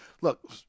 Look